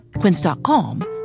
quince.com